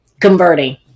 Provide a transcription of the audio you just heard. converting